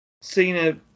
Cena